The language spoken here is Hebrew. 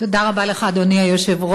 תודה רבה לך, אדוני היושב-ראש.